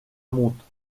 montre